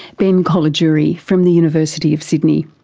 ben colagiuri from the university of sydney.